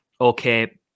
okay